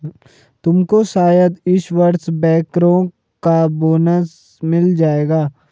तुमको शायद इस वर्ष बैंकरों का बोनस मिल जाए